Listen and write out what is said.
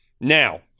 Now